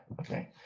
Okay